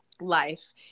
life